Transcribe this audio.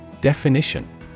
Definition